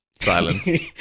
silence